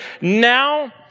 now